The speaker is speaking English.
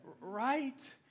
right